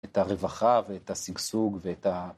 את הרווחה ואת הסגסוג ואת ה...